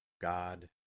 God